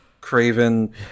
Craven